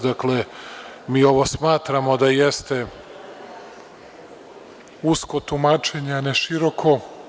Dakle, mi ovo smatramo da jeste usko tumačenje, a ne široko.